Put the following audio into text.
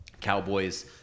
Cowboys